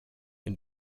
and